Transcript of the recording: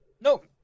Nope